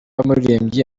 w’umuririmbyi